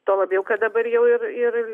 tuo labiau kad dabar jau ir ir